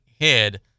head